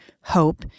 hope